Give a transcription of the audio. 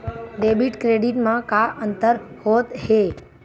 Debit credit मा का अंतर होत हे?